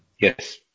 Yes